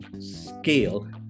scale